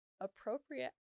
appropriate